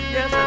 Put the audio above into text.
Yes